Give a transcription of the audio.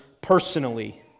personally